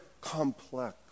complex